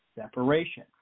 separation